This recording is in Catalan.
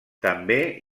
també